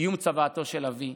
קיום צוואתו של אבי: